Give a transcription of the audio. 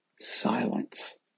silence